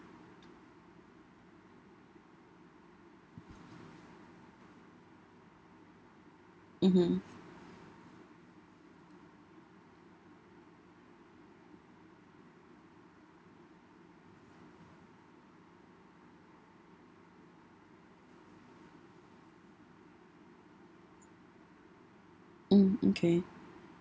mmhmm mm okay